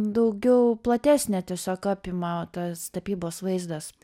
daugiau platesnį tiesiog apima tas tapybos vaizdas